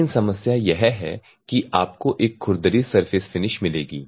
लेकिन समस्या यह है कि आपको एक खुरदरी सर्फेस फिनिश मिलेगी